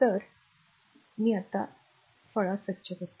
तर तरीही मला ते स्वच्छ करू द्या